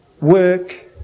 work